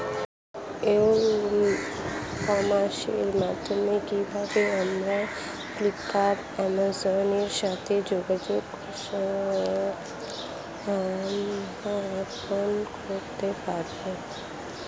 ই কমার্সের মাধ্যমে কিভাবে আমি ফ্লিপকার্ট অ্যামাজন এর সাথে যোগাযোগ স্থাপন করতে পারব?